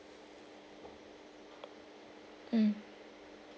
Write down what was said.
mm